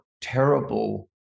terrible